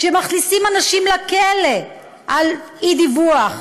שמכניסים אנשים לכלא על אי-דיווח,